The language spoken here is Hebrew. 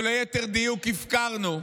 או ליתר דיוק הפקרנו,